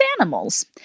animals